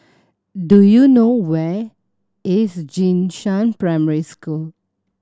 do you know where is Jing Shan Primary School